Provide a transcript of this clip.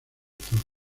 toros